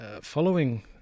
following